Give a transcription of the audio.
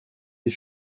est